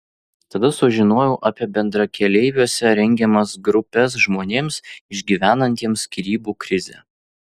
tada sužinojau apie bendrakeleiviuose rengiamas grupes žmonėms išgyvenantiems skyrybų krizę